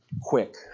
quick